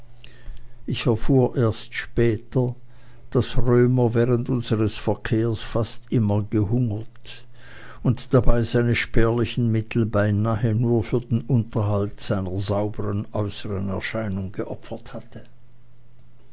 ich erfuhr erst später daß römer während unsers verkehrs fast immer gehungert und dabei seine spärlichen mittel beinahe nur für den unterhalt einer saubern äußern erscheinung geopfert hatte